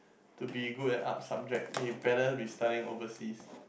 to be good at art subject they better be studying overseas